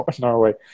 Norway